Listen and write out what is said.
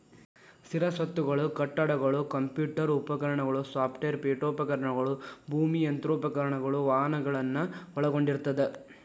ಸ್ಥಿರ ಸ್ವತ್ತುಗಳು ಕಟ್ಟಡಗಳು ಕಂಪ್ಯೂಟರ್ ಉಪಕರಣಗಳು ಸಾಫ್ಟ್ವೇರ್ ಪೇಠೋಪಕರಣಗಳು ಭೂಮಿ ಯಂತ್ರೋಪಕರಣಗಳು ವಾಹನಗಳನ್ನ ಒಳಗೊಂಡಿರ್ತದ